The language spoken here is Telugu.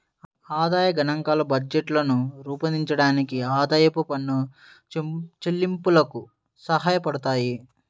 ఆదాయ గణాంకాలు బడ్జెట్లను రూపొందించడానికి, ఆదాయపు పన్ను చెల్లింపులకు సహాయపడతాయి